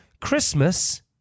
Christmas